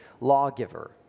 lawgiver